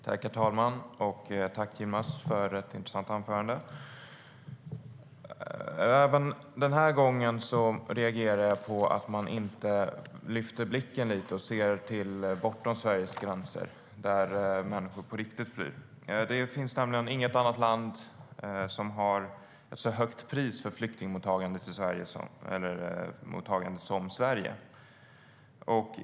Herr talman! Jag tackar Yilmaz för ett intressant anförande. Inget annat land har ett så högt pris för flyktingmottagande som Sverige.